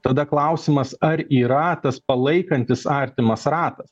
tada klausimas ar yra tas palaikantis artimas ratas